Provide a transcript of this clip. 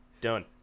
Done